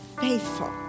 faithful